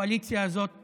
הקואליציה הזאת מקרטעת,